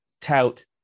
tout